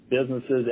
businesses